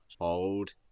hold